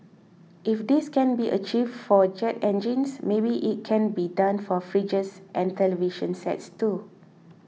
if this can be achieved for jet engines maybe it can be done for fridges and television sets too